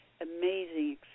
amazing